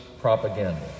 propaganda